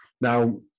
now